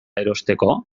erosteko